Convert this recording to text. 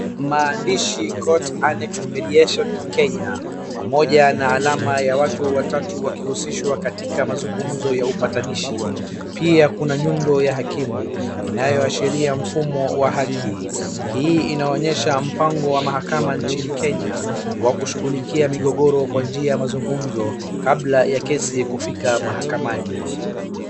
Maandishi Court Annexed Mediation in Kenya pamoja na alama ya watu watatu wakihusishwa katika mazungumzo ya upatanishi. Pia kuna nyundo ya hakimu inayoashiria mfumo wa haki. Hii inaonyesha mpango wa mahakama nchini Kenya wa kushughulikia migogoro kwa njia ya mazungumzo kabla ya kesi kufika mahakamani.